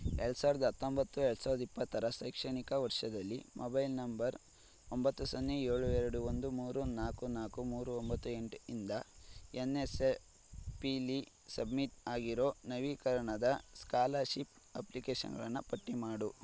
ಎರಡು ಸಾವಿರದ ಹತ್ತೊಂಬತ್ತು ಎರಡು ಸಾವಿರದ ಇಪ್ಪತ್ತರ ಶೈಕ್ಷಣಿಕ ವರ್ಷದಲ್ಲಿ ಮೊಬೈಲ್ ನಂಬರ್ ಒಂಬತ್ತು ಸೊನ್ನೆ ಏಳು ಎರಡು ಒಂದು ಮೂರು ನಾಲ್ಕು ನಾಲ್ಕು ಮೂರು ಒಂಬತ್ತು ಎಂಟು ಇಂದ ಎನ್ ಎಸ್ ಪಿಲಿ ಸಬ್ಮಿಟ್ ಆಗಿರೋ ನವೀಕರಣದ ಸ್ಕಾಲಷಿಪ್ ಅಪ್ಲಿಕೇಷನ್ಗಳನ್ನು ಪಟ್ಟಿ ಮಾಡು